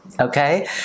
okay